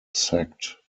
sect